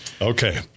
Okay